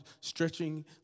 stretching